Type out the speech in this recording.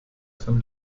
von